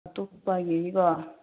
ꯑꯇꯣꯞꯄ ꯌꯦꯡꯉꯤ ꯀꯣ